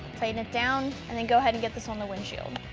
tighten it down and then go ahead and get this on the windshield.